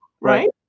Right